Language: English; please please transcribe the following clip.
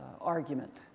argument